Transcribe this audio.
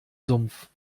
sumpf